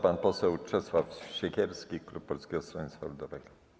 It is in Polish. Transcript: Pan poseł Czesław Siekierski, klub Polskiego Stronnictwa Ludowego.